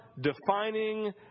defining